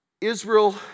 Israel